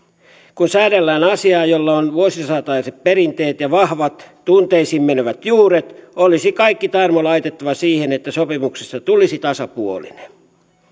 kun säädellään asiaa jolla on vuosisataiset perinteet ja vahvat tunteisiin menevät juuret olisi kaikki tarmo laitettava siihen että sopimuksesta tulisi tasapuolinen